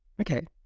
Okay